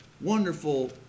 wonderful